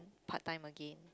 part time again